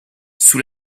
sous